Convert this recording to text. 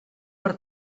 per